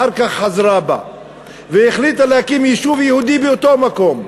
אחר כך חזרה בה והחליטה להקים יישוב יהודי באותו מקום.